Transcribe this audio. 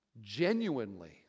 genuinely